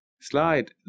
slide